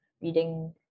reading